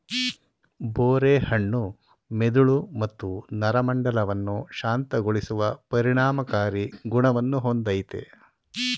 ಬೋರೆ ಹಣ್ಣು ಮೆದುಳು ಮತ್ತು ನರಮಂಡಲವನ್ನು ಶಾಂತಗೊಳಿಸುವ ಪರಿಣಾಮಕಾರಿ ಗುಣವನ್ನು ಹೊಂದಯ್ತೆ